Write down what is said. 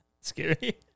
scary